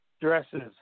dresses